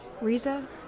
Riza